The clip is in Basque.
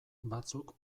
batzuk